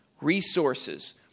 Resources